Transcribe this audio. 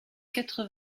quatre